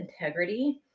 integrity